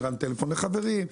הרמתי טלפון לחברים,